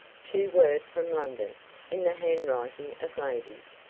two were from london in the handwriting of ladies.